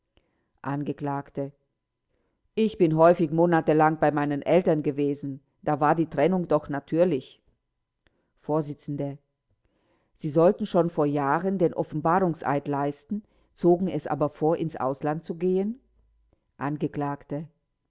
angekl ich bin häufig monatelang bei meinen eltern gewesen da war die trennung doch natürlich vors sie sollten schon vor jahren den offenbarungseid leisten zogen es aber vor ins ausland zu gehen